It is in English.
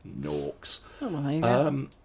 norks